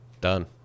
Done